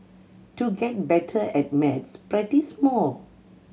to get better at maths practise more